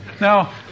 Now